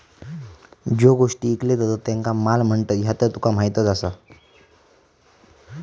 ज्यो गोष्टी ईकले जातत त्येंका माल म्हणतत, ह्या तर तुका माहीतच आसा